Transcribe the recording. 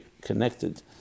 connected